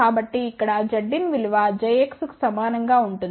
కాబట్టి ఇక్కడ Zin విలువ JXకు సమానం గా ఉంటుంది